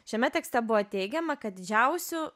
šiame tekste buvo teigiama kad didžiausiu